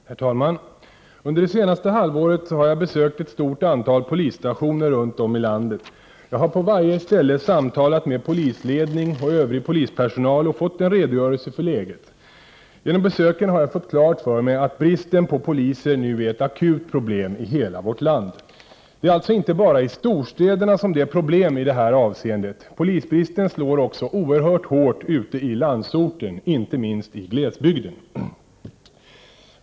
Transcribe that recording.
Herr talman! Under det senaste halvåret har jag besökt ett stort antal polisstationer runt om i landet. Jag har på varje ställe samtalat med polisledning och övrig polispersonal och fått en redogörelse för läget. Genom besöken har jag fått klart för mig att bristen på poliser nu är ett akut problem i hela vårt land. Det är alltså inte bara i storstäderna som det är problem i det här avseendet. Polisbristen slår också oerhört hårt ute i landsorten, inte minst i glesbygden.